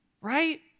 Right